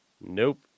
Nope